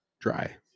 dry